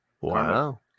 Wow